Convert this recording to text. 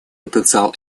потенциал